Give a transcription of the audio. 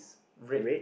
red